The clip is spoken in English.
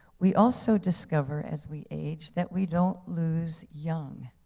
we also discover as we age that we don't lose young.